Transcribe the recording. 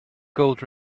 gold